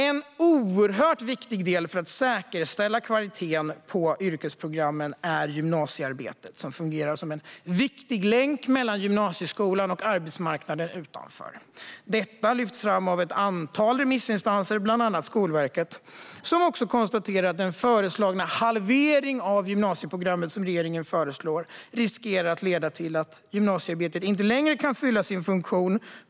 En oerhört viktig del för att säkerställa kvaliteten på yrkesprogrammen är gymnasiearbetet, som fungerar som en viktig länk mellan gymnasieskolan och arbetsmarknaden utanför. Detta lyfts fram av ett antal remissinstanser, bland annat Skolverket, som också konstaterar att den föreslagna halvering av gymnasiearbetet som regeringen föreslår riskerar att leda till att gymnasiearbetet inte längre kan fylla sin funktion.